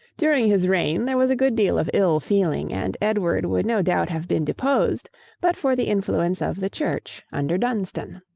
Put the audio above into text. during his reign there was a good deal of ill feeling, and edward would no doubt have been deposed but for the influence of the church under dunstan.